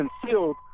concealed